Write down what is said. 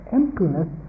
emptiness